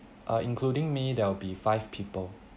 uh including me there will be five people